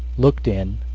looked in,